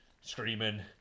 screaming